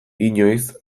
inoiz